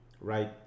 Right